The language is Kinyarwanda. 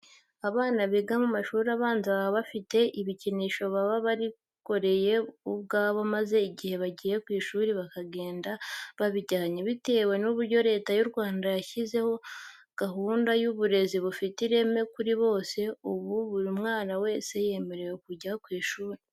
Abana biga mu mashuri abanza baba bafite ibikinisho baba barikoreye bo ubwabo maze igihe bagiye ku ishuri bakagenda babijyanye. Bitewe n'uburyo Leta y'u Rwanda yashyizeho gahunda y'uburezi bufite ireme kuri bose, ubu buri mwana wese yemerewe kujya ku ishuri.